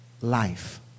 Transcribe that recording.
Life